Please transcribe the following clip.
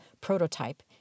prototype